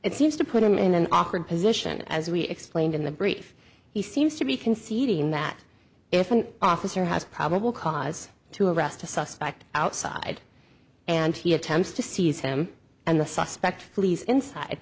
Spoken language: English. it seems to put him in an awkward position as we explained in the brief he seems to be conceding that if an officer has probable cause to arrest a suspect outside and he attempts to seize him and the suspect police inside